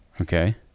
Okay